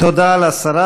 תודה לשרה.